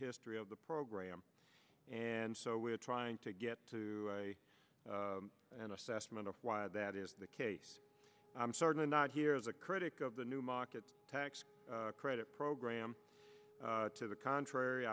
history of the program and so we're trying to get to an assessment of why that is the case i'm certainly not here as a critic of the new markets tax credit program to the contrary